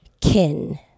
Kin